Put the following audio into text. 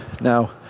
Now